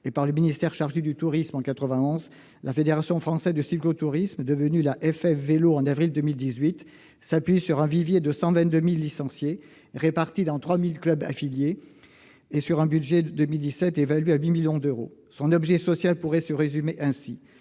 et par le ministère chargé du tourisme en 1991, la Fédération française de cyclotourisme, devenue la FFVélo en avril 2018, s'appuie sur un vivier de 122 000 licenciés répartis dans 3 000 clubs affiliés, avec un budget évalué en 2017 à 8 millions d'euros. Son objet social peut se résumer ainsi